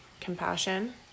compassion